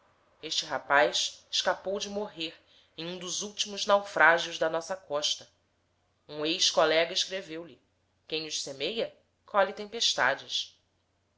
este rapaz escapou de morrer em um dos últimos naufrágios da nossa costa um ex-colega escreveu-lhe quem os semeia colhe tempestades